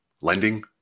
lending